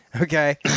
Okay